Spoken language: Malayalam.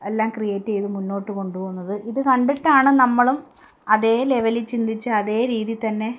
എല്ലാം ക്രിയേറ്റ് ചെയ്ത് മുന്നോട്ട് കൊണ്ടു പോകുന്നത് ഇതു കണ്ടിട്ടാണ് നമ്മളും അതേ ലെവലിൽ ചിന്തിച്ച് അതേ രീതിയിൽ തന്നെ